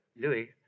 Louis